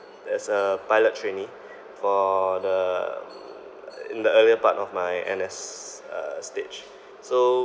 there's a pilot trainee for the in the earlier part of my N_S uh stage so